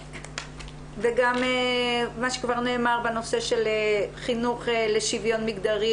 וגם מה שכבר נאמר בנושא של חינוך לשוויון מגדרי